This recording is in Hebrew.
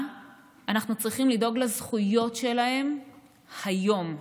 אנחנו צריכים לדאוג לזכויות שלהם היום,